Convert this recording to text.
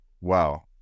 wow